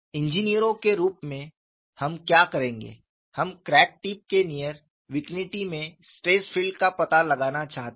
इंजीनियरों के रूप में हम क्या करेंगे हम क्रैक टिप के नियर विकनिटी में स्ट्रेस फील्ड का पता लगाना चाहते हैं